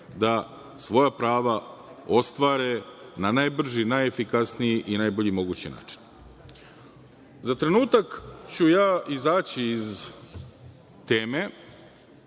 da svoja prava ostvare na najbrži i na najefikasniji i na najbolji mogući način.Za trenutak ću ja izaći iz teme